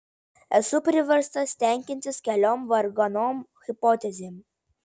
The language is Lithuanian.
esu priverstas tenkintis keliom varganom hipotezėm